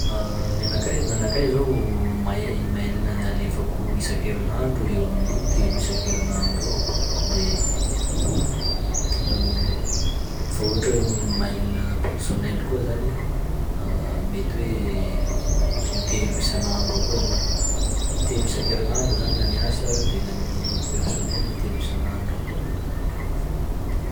Nenakahy- gn'anakahy zao mai- e-mail nalefako isan-kerignandro eo amin'ny telo isan-kerignandro eo, de fa ohatry hoe mail personnel koa zany mety hoe intelo isan'andro eo koa zao; intelo isan-kerignandro zany gnan'ny asa, de gnan'ny personnel intelo isan'andro eo koa.